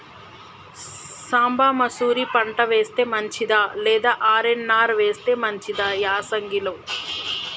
సాంబ మషూరి పంట వేస్తే మంచిదా లేదా ఆర్.ఎన్.ఆర్ వేస్తే మంచిదా యాసంగి లో?